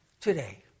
today